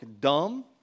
dumb